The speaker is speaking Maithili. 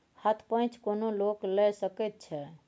हथ पैंच कोनो लोक लए सकैत छै